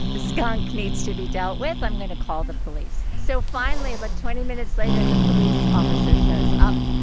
the skunk needs to be dealt with. i'm going to call the police. so finally about twenty minutes later the police officer shows up,